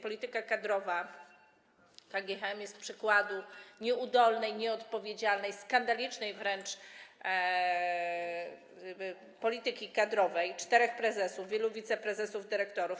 Polityka kadrowa KGHM jest przykładem nieudolnej, nieodpowiedzialnej, skandalicznej wręcz polityki kadrowej: 4 prezesów, wielu wiceprezesów, dyrektorów.